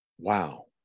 Wow